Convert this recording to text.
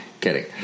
Kidding